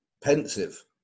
Pensive